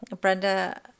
Brenda